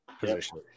position